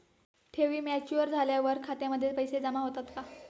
ठेवी मॅच्युअर झाल्यावर खात्यामध्ये पैसे जमा होतात का?